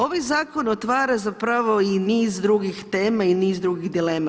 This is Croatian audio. Ovaj zakon otvara zapravo i niz drugih tema i niz drugih dilema.